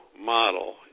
model